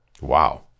Wow